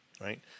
right